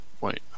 Wait